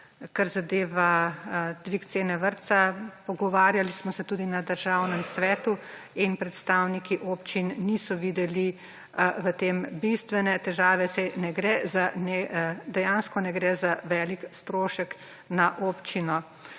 kar zadeva dvig cene vrtca, pogovarjali smo se tudi v Državnem svetu in predstavniki občin niso videli v tem bistvene težave, saj dejansko ne gre za velik strošek na občino.